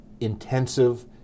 intensive